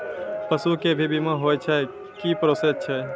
पसु के भी बीमा होय छै, की प्रोसेस छै?